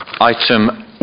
Item